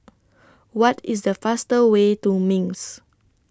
What IS The fastest Way to Minsk